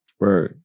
Right